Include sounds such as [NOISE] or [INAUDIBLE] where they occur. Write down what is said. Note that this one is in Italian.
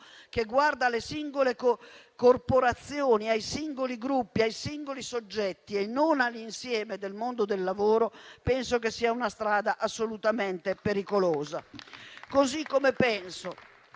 che guarda alle singole corporazioni, ai singoli gruppi e ai singoli soggetti, ma non all'insieme del mondo del lavoro, penso che sia una strada assolutamente pericolosa. [APPLAUSE]